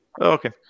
Okay